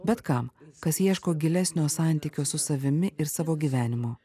bet kam kas ieško gilesnio santykio su savimi ir savo gyvenimu